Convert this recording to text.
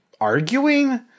arguing